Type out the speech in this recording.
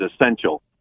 essential